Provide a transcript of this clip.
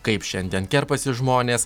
kaip šiandien kerpasi žmonės